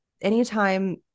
anytime